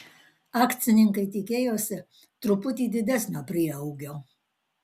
akcininkai tikėjosi truputį didesnio prieaugio